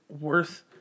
worth